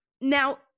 now